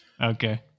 Okay